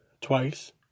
twice